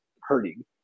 hurting